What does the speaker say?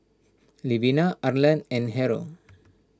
Levina Arlan and Harrold